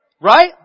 Right